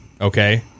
Okay